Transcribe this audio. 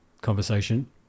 conversation